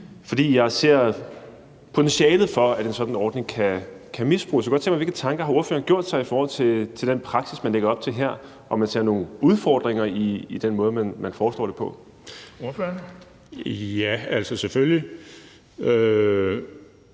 for jeg ser potentialet for, at en sådan ordning kan misbruges. Jeg kunne godt tænke mig at høre: Hvilke tanker har ordføreren gjort sig i forhold til den praksis, man lægger op til her, og ser han nogle udfordringer i forhold til den måde, man foreslår det på? Kl. 12:31 Den fg.